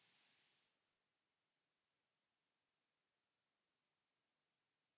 Kiitos.